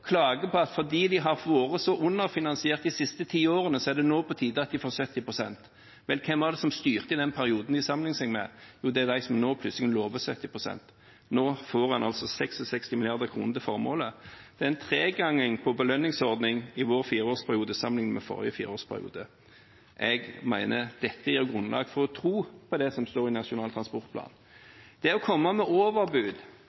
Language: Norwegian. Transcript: klager over at fordi de har vært så underfinansiert de siste ti årene, er det nå på tide at de får 70 pst. Vel – hvem var det som styrte i den perioden de sammenligner med? Jo, det var de som nå plutselig lover 70 pst. Nå får en altså 66 mrd. kr til formålet. Det er en treganging av belønningsordningen i vår fireårsperiode sammenlignet med forrige fireårsperiode. Jeg mener dette gir grunnlag for å tro på det som står i Nasjonal